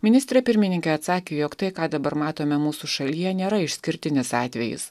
ministrė pirmininkė atsakė jog tai ką dabar matome mūsų šalyje nėra išskirtinis atvejis